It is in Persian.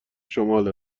شمال